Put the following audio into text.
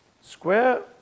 square